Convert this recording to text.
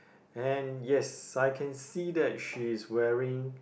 and yes I can see that she's wearing